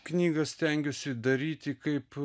knygą stengiuosi daryti kaip